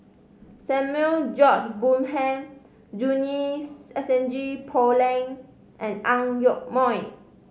Samuel George Bonham Junie Sng S N G Poh Leng and Ang Yoke Mooi